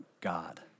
God